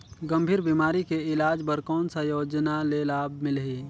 गंभीर बीमारी के इलाज बर कौन सा योजना ले लाभ मिलही?